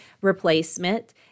replacement